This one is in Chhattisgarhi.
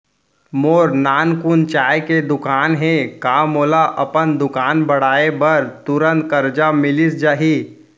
मोर नानकुन चाय के दुकान हे का मोला अपन दुकान बढ़ाये बर तुरंत करजा मिलिस जाही?